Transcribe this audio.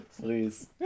please